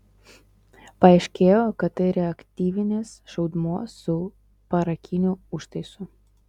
paaiškėjo kad tai reaktyvinis šaudmuo su parakiniu užtaisu